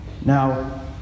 Now